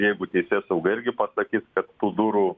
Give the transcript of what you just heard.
jeigu teisėsauga irgi pasakys kad tų durų